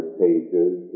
pages